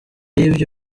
y’ibyo